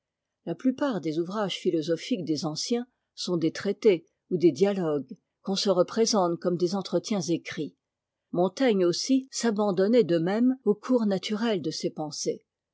la plupart des ouvrages philosophiques des anciens sont des traités ou des dialogues qu'on se représente comme des entretiens écrits montaigne aussi s'abandonnait de même au cours naturel de ses pensées